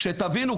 שתבינו,